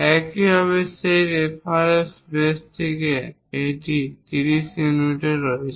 একইভাবে সেই reference base থেকে এটি 30 ইউনিটে রয়েছে